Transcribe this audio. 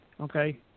Okay